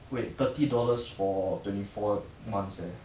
wait thirty dollars for twenty four months eh